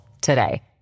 today